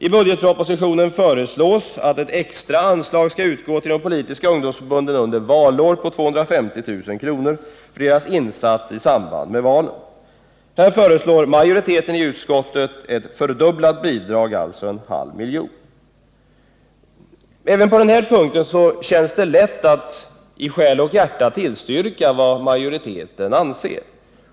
I budgetpropositionen föreslås att det under valår skall utgå ett extra anslag på 250 000 kr. till de politiska ungdomsförbunden för deras insats i samband med valet. Här föreslår majoriteten i utskottet en fördubbling av bidraget, dvs. 500 000 kr. Även på denna punkt känns det lätt att i själ och hjärta tillstyrka majoritetens förslag.